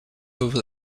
over